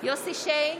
יוסף שיין,